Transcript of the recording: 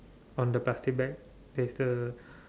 on the plastic bag there's the